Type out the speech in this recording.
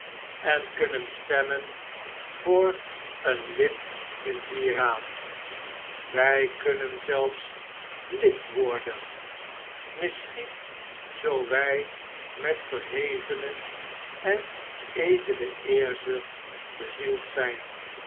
en kunnen stemmen voor een lid in dien raad wjj kunnen zelfs lid worden misschien zoo wy met verhevene en edele eerzucht bezield zyn